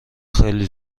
خیلی